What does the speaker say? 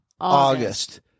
August